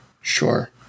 Sure